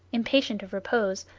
impatient of repose,